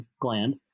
gland